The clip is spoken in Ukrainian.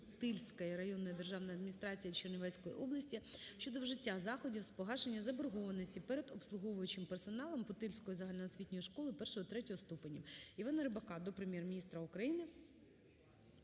Путильської районної державної адміністрації Чернівецької області щодо вжиття заходів з погашення заборгованості перед обслуговуючим персоналом Путильської загальноосвітньої школи І-ІІІ ступенів.